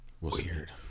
Weird